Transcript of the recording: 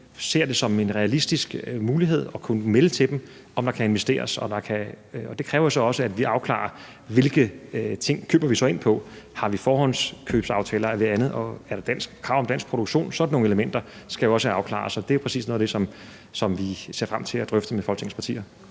ser det som en realistisk mulighed at kunne melde til dem, om der kan investeres. Og det kræver så også, at vi afklarer, hvilke ting vi så køber ind på. Har vi forhåndskøbsaftaler, og er der krav om dansk produktion? Sådan nogle elementer skal jo også afklares. Og det er præcis noget af det, som vi ser frem til at drøfte med Folketingets partier.